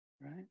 right